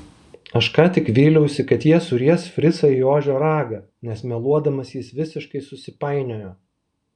aš ką tik vyliausi kad jie suries fricą į ožio ragą nes meluodamas jis visiškai susipainiojo